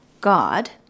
God